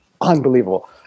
unbelievable